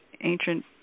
ancient